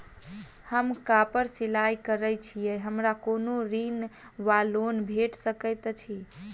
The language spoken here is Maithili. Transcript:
हम कापड़ सिलाई करै छीयै हमरा कोनो ऋण वा लोन भेट सकैत अछि?